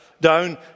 down